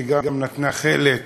שגם נתנה חלק,